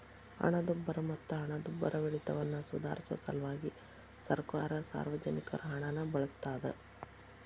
ಹಣದುಬ್ಬರ ಮತ್ತ ಹಣದುಬ್ಬರವಿಳಿತವನ್ನ ಸುಧಾರ್ಸ ಸಲ್ವಾಗಿ ಸರ್ಕಾರ ಸಾರ್ವಜನಿಕರ ಹಣನ ಬಳಸ್ತಾದ